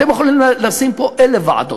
אתם יכולים לשים פה אלף ועדות,